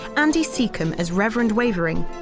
andy secombe as reverend wavering,